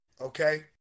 Okay